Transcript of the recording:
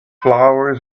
flowers